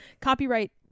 Copyright